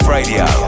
Radio